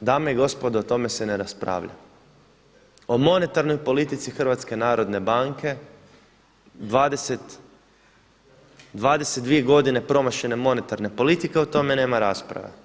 dame i gospodo o tome se ne raspravlja, o monetarnoj politici HNB-a 22 godine promašene monetarne politike o tome nema rasprave.